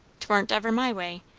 twarn't ever my way.